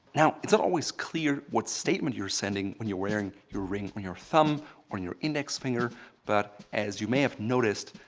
now, it's not always clear what statement you're sending when you're wearing your ring on your thumb or your index finger but as you may have noticed,